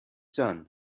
son